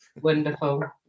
Wonderful